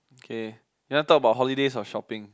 K you want talk about holidays or shopping